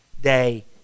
day